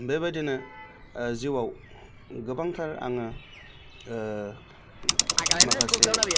बेबादिनो जिउआव गोबांथार आङो माखासे